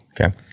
Okay